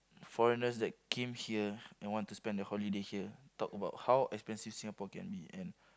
foreigners that came here and want to spend their holiday here talk about how expensive Singapore can be and